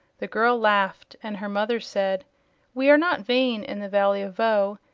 the girl laughed, and her mother said we are not vain in the valley of voe,